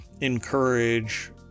encourage